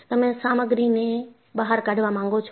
તમે સામગ્રી ને બહાર કાઢવા માંગો છો